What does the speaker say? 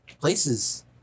places